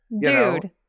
Dude